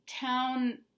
town